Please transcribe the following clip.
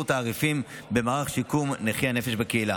תעריפים במערך שיקום נכי הנפש בקהילה.